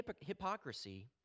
hypocrisy